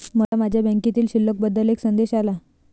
मला माझ्या बँकेतील शिल्लक बद्दल एक संदेश आला